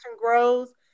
grows